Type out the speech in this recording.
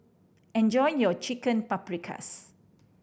enjoy your Chicken Paprikas